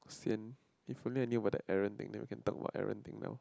sien if I knew about the Allen thing then we can talk about Allen thing now